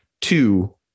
two